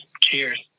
cheers